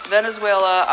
Venezuela